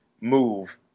move